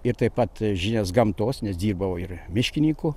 ir taip pat žinias gamtos nes dirbau ir miškinyku